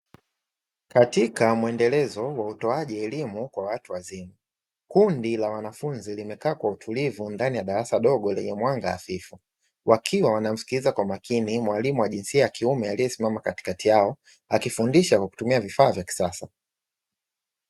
Katika mwendelezo wa utoaji elimu kwa watu wazima, kundi la wanafunzi limekaa kwa utulivu ndani ya darasa dogo lenye mwanga hafifu, wakiwa wanamsikiliza kwa makini mwalimu wa jinsia ya kiume aliyesimama katikati yao, akifundisha kwa kutumia vifaa vya kisasa.